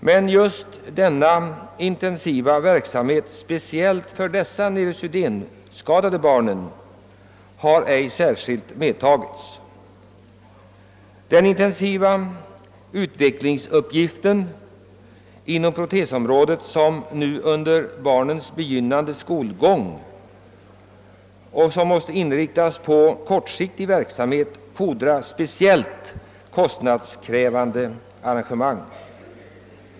Men verksamheten för neurosedynskadade barn har ej särskilt medtagits. Den intensiva utvecklingen på protesområdet, som nu under barnens begynnande skolgång måste inriktas på kortsiktig verksamhet, fordrar speciellt kostnadskrävande arrangemang.